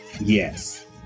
yes